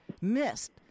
missed